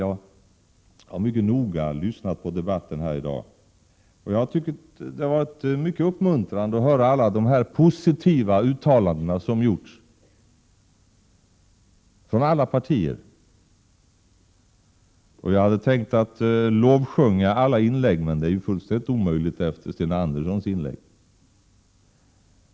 Jag har mycket noga lyssnat på debatten här i dag, och det har varit mycket uppmuntrande att höra alla positiva uttalanden från företrädare för alla partier. Jag hade tänkt att lovsjunga alla inlägg — men det är ju fullständigt omöjligt efter Sten Anderssons inlägg!